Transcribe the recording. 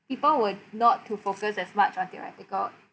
people would not to focus as much on theoretical